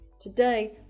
Today